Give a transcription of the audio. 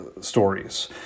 stories